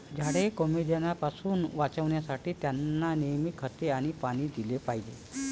झाडे कोमेजण्यापासून वाचवण्यासाठी, त्यांना नेहमी खते आणि पाणी दिले पाहिजे